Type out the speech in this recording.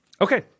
Okay